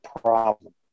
problem